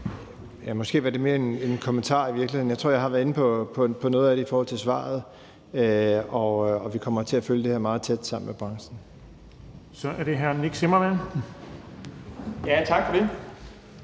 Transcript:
virkeligheden mere en kommentar. Jeg tror, jeg har været inde på noget af det i forhold til svaret. Vi kommer til at følge det her meget tæt sammen med branchen. Kl. 11:43 Den fg. formand (Erling